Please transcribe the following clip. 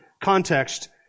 context